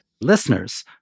listeners